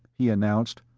he announced.